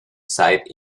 sight